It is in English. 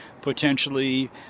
potentially